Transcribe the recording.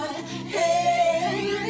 Hey